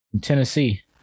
Tennessee